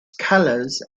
colors